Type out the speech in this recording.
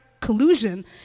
collusion